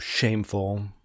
shameful